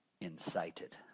incited